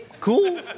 cool